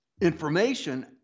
Information